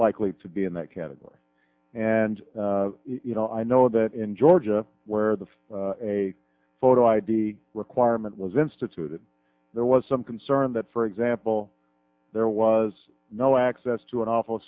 likely to be in that category and you know i know that in georgia where the a photo id requirement was instituted there was some concern that for example there was no access to an